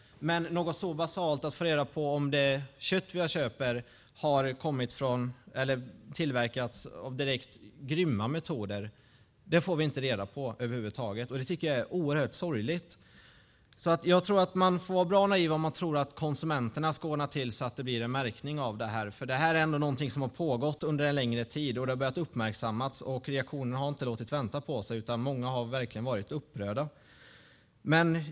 Men något så basalt som att få reda på om det kött vi köper har tillverkats med direkt grymma metoder får vi inte reda på över huvud taget, och det tycker jag är oerhört sorgligt. Jag tror att man får vara bra naiv om man tror att konsumenterna ska ordna till så att det blir en märkning av köttet, för det här är ändå något som har pågått under en längre tid. Det har nu börjat uppmärksammas, och reaktionerna har inte låtit vänta på sig, utan många har verkligen varit upprörda.